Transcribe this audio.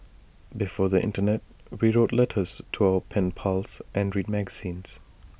before the Internet we wrote letters to our pen pals and read magazines